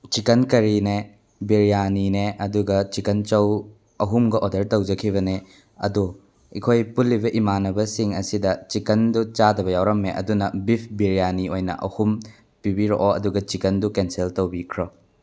chicken ꯀꯔꯤꯅꯦ ꯕ꯭ꯔꯤꯌꯥꯅꯤꯅꯦ ꯑꯗꯨꯒ ꯆꯤꯛꯀꯟ ꯆꯧ ꯑꯍꯨꯝꯒ ꯑꯣꯔꯗꯔ ꯇꯧꯖꯈꯤꯕꯅꯦ ꯑꯗꯣ ꯑꯩꯈꯣꯏ ꯄꯨꯜꯂꯤꯕ ꯏꯃꯥꯟꯅꯕꯁꯤꯡ ꯑꯁꯤꯗ ꯆꯤꯛꯀꯟꯗꯣ ꯆꯥꯗꯕ ꯌꯥꯎꯔꯝꯃꯦ ꯑꯗꯨꯅ ꯕꯤꯐ ꯕ꯭ꯔꯤꯌꯥꯅꯤ ꯑꯣꯏꯅ ꯑꯍꯨꯝ ꯄꯤꯕꯤꯔꯛꯑꯣ ꯑꯗꯨꯒ ꯆꯤꯛꯀꯟꯗꯨ ꯀꯦꯟꯁꯦꯜ ꯇꯧꯕꯤꯈ꯭ꯔꯣ